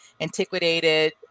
antiquated